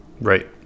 Right